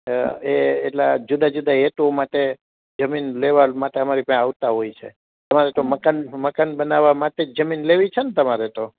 અ એ એલ જુદા જુદા એરો માટે જમીન વેવાર માટે મારી પાંહે આવતાં હોય છે હાં તો એ તો મકાન બનવા માંતે જ જમીન લેવી છે ને તમારે તો